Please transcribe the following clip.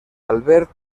albert